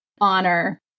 honor